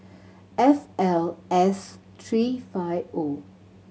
F L S three five O